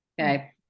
okay